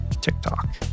TikTok